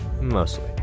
Mostly